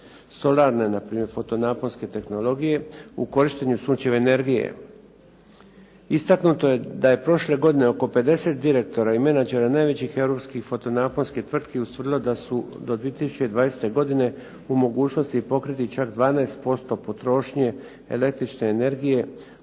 solarne npr. fotonaponske tehnologije u korištenju sunčeve energije. Istaknuto je da je prošle godine oko 50 direktora i menadžera najvećih europski fotonaponskih tvrtki ustvrdilo da su do 2020. godine u mogućnosti pokriti čak 12% potrošnje električne energije u